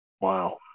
Wow